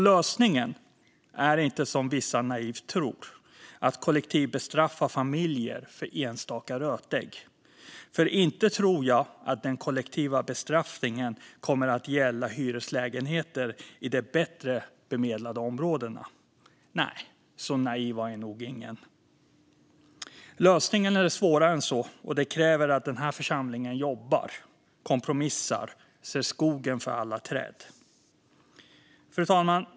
Lösningen är inte, som vissa naivt tror, att kollektivt bestraffa familjer för enstaka rötägg. För inte tror jag att den kollektiva bestraffningen kommer att gälla hyreslägenheter i de bättre bemedlade områdena. Nej, så naiv är nog ingen. Lösningen är svårare än så, och den kräver att denna församling jobbar, kompromissar och ser skogen för alla träd. Fru talman!